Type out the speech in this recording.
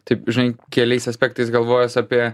taip žinai keliais aspektais galvojęs apie